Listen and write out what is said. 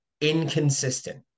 inconsistent